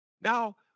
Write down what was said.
Now